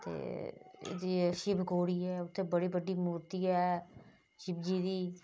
ते एह् जे शिबखोड़ी ऐ उत्थै बड़ी बड्डी मूर्ती ऐ शिबजी दी